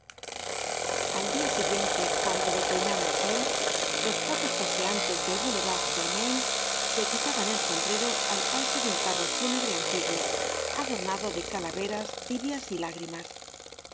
al dia siguiente cuando declinaba el sol los pocos paseantes del bouvevard del maine se quitaban el sombrero al paso de un carro fúnebre antiguo adornado de calaveras tibias y lágrimas